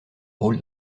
rôle